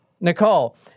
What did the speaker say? Nicole